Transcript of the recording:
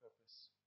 purpose